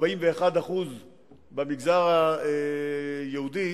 41% במגזר היהודי